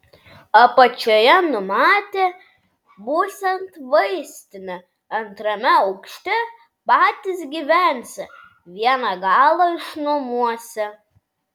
apačioje numatė būsiant vaistinę antrame aukšte patys gyvensią vieną galą išnuomosią